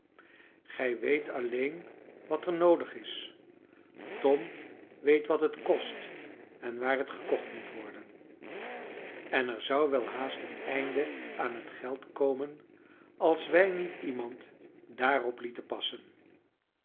gij weet alleen wat er noodig is tom weet wat het kost en waar het gekocht moet worden en er zou welhaast een einde aan het geld komen als wij niet iemand daarop lieten passen